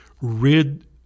rid